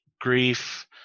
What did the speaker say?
grief